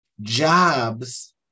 Jobs